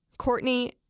Courtney